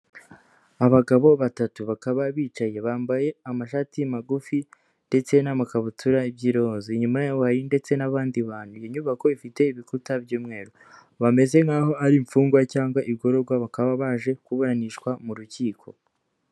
Abagabo batatu, bakaba bicaye bambaye amashati magufi ndetse n'ama kabutura by'iroze, inyuma yaho hari ndetse n'abandi bantu, iyo nyubako ifite ibikuta by'umweru bameze nk'aho ari imfungwa cyangwa igororwa bakaba baje kuburanishwa mu rukiko.